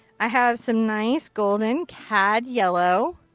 i have some nice golden cad yellow.